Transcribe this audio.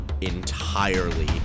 entirely